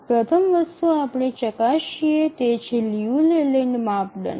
પ્રથમ વસ્તુ આપણે ચકાસીએ છીએ તે છે લિયુ લેલેન્ડ માપદંડ